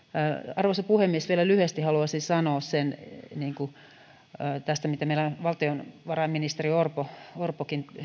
arvoisa puhemies vielä lyhyesti haluaisin sanoa sen mitä meillä valtiovarainministeri orpokin